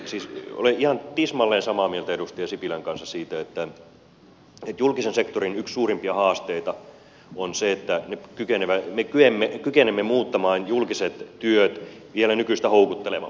siis olen ihan tismalleen samaa mieltä edustaja sipilän kanssa siitä että julkisen sektorin yksi suurimpia haasteita on se että me kykenemme muuttamaan julkiset työt vielä nykyistä houkuttelevammiksi